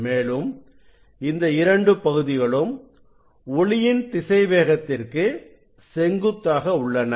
மேலும் இந்த இரண்டு பகுதிகளும் ஒளியின் திசைவேகத்திற்கு செங்குத்தாக உள்ளன